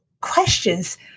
questions